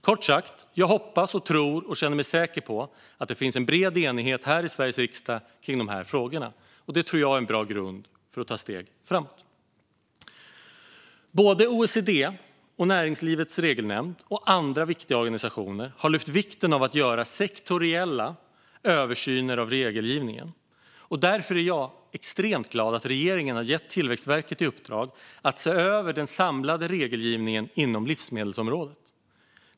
Kort sagt: Jag hoppas och tror och känner mig säker på att det finns en bred enighet i Sveriges riksdag kring dessa frågor, och det tror jag är en bra grund för att ta steg framåt. Både OECD och Näringslivets Regelnämnd och andra viktiga organisationer har lyft vikten av att göra sektoriella översyner av regelgivningen. Därför är jag extremt glad att regeringen har gett Tillväxtverket i uppdrag att se över den samlade regelgivningen inom livsmedelsområdet.